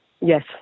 Yes